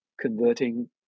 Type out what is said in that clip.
converting